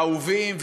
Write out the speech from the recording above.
האהובים,